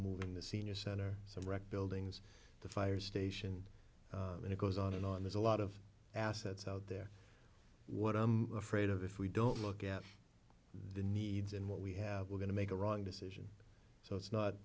than the senior center so wrecked buildings the fire station and it goes on and on there's a lot of assets out there what i'm afraid of if we don't look at the needs and what we have we're going to make a wrong decision so it's not